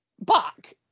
back